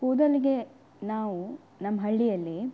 ಕೂದಲಿಗೆ ನಾವು ನಮ್ಮ ಹಳ್ಳಿಯಲ್ಲಿ